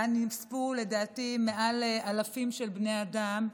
שבה נספו לדעתי מעל אלפים של בני אדם,